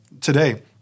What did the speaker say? today